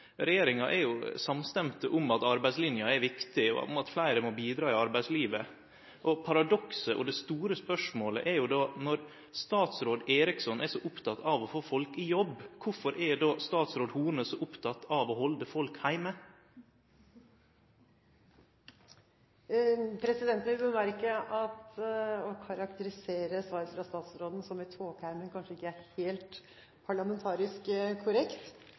Regjeringa er jo samstemd om at arbeidslinja er viktig, og om at fleire må bidra i arbeidslivet. Paradokset og det store spørsmålet er: Når statsråd Eriksson er så oppteken av å få folk i jobb, kvifor er då statsråd Horne så oppteken av å halde folk heime? Presidenten vil bemerke at å karakterisere svar fra statsråden som «i tåkeheimen» kanskje ikke er helt parlamentarisk korrekt.